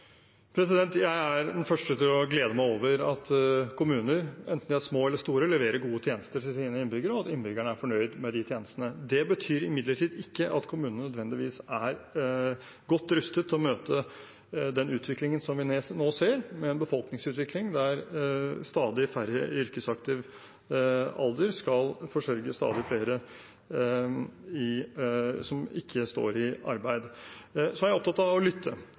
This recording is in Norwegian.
Jeg er den første til å glede meg over at kommuner, enten de er små eller store, leverer gode tjenester til sine innbyggere, og at innbyggerne er fornøyd med de tjenestene. Det betyr imidlertid ikke at kommunene nødvendigvis er godt rustet til å møte den utviklingen som vi nå ser, med en befolkningsutvikling der stadig færre i yrkesaktiv alder skal forsørge stadig flere som ikke står i arbeid. Jeg er opptatt av å lytte,